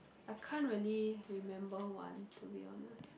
I can't really remember one to be honest